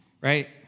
right